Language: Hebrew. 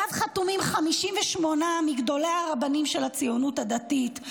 שעליו חתומים 58 מגדולי הרבנים של הציונות הדתית,